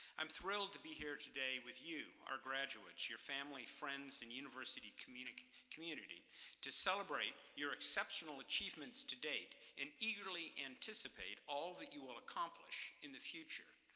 i'm thrilled to be here today with you, our graduates, your family, friends, and university community, to to celebrate your exceptional achievements to date, and eagerly anticipate all that you will accomplish in the future,